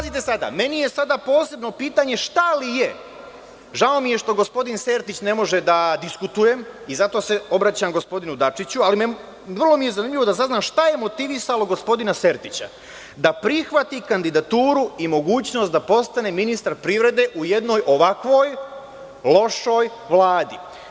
Meni je sada posebno pitanje, šta li je, žao mi je što gospodin Sertić ne može da diskutuje i zato se obraćam gospodinu Dačiću, ali mi je vrlo zanimljivo da saznam šta je motivisalo gospodina Sertića da prihvati kandidaturu i mogućnost da postane ministar privrede u jednoj ovakvoj lošoj Vladi?